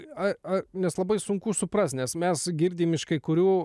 a nes labai sunku suprasti nes mes girdime iš kai kurių